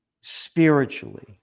spiritually